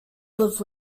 live